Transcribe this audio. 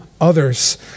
others